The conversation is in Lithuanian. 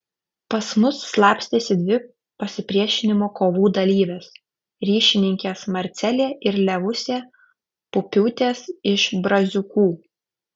pas mus slapstėsi dvi pasipriešinimo kovų dalyvės ryšininkės marcelė ir levusė pupiūtės iš braziūkų